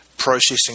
processing